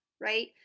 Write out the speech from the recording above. right